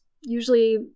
usually